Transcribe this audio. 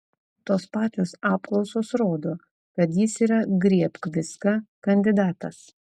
tos pačios apklausos rodo kad jis yra griebk viską kandidatas